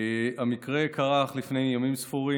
המקרה קרה אך לפני ימים ספורים.